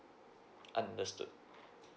understood